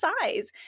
size